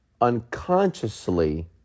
unconsciously